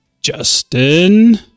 Justin